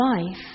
life